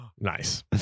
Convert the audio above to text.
Nice